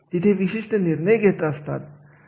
जसे की यंत्र चालकाला प्रशिक्षण देण्याची गरज असते